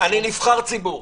אני נבחר ציבור.